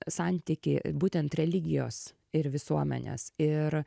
santykį būtent religijos ir visuomenės ir